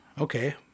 okay